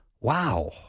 Wow